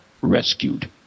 rescued